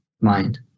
mind